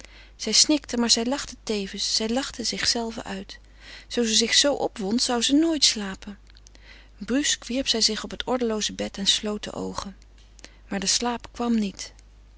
zij snikte maar zij lachte tevens zij lachte zichzelve uit zoo ze zich zoo opwond zou ze nooit slapen brusk wierp zij zich op het ordelooze bed en sloot de oogen maar de slaap kwam niet